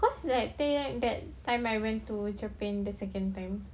cause like tha~ that time I went to japan the second time